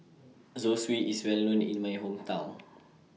Zosui IS Well known in My Hometown